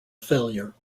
failure